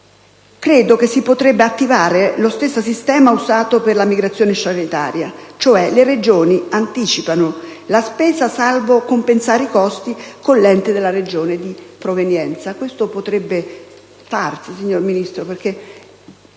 Credo che si potrebbe attivare lo stesso sistema usato per la migrazione sanitaria, cioè le Regioni anticipano la spesa salvo compensare i costi con l'ente della Regione di provenienza. Questo potrebbe farsi, signor Ministro, perché